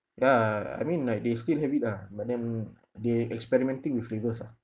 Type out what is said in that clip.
ya I mean like they still have it ah but then they experimenting with flavours ah